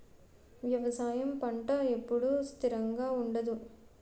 వ్యవసాయం పంట ఎప్పుడు స్థిరంగా ఉండదు